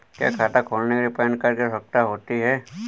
क्या खाता खोलने के लिए पैन कार्ड की आवश्यकता होती है?